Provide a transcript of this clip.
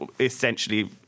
essentially